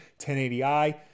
1080i